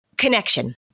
Connection